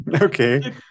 Okay